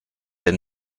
der